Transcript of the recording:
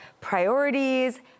priorities